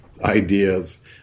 ideas